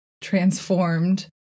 transformed